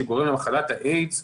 שגורם למחלת האיידס,